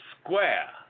Square